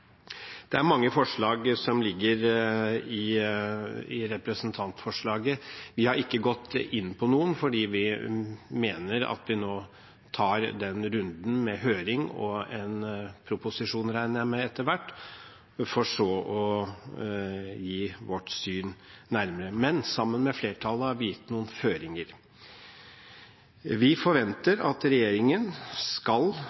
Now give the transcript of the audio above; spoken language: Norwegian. Det er mange forslag som ligger i representantforslaget. Vi har ikke gått inn på noen, fordi vi mener at vi først tar runden med høring og en proposisjon og så gir nærmere uttrykk for vårt syn. Men sammen med flertallet har vi gitt noen føringer. Vi forventer at regjeringen, slik vi har vært enige om, fullstendig skal